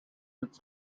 its